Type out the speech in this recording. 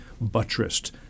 buttressed